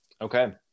Okay